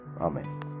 Amen